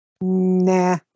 Nah